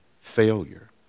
failure